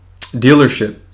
dealership